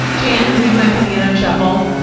jan, would you mind putting it on shuffle?